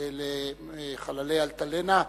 לחללי "אלטלנה".